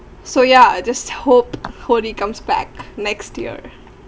so ya just hope hope it comes back next year